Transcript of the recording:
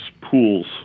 pools